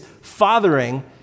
fathering